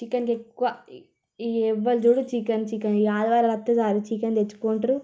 చికెన్కెక్కువ ఈ ఎవ్వరు చూడు చికెన్ చికెన్ ఇక ఆదివారమొస్తే చాలు చికెన్ తెచ్చుకుంటారు